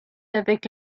avec